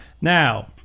Now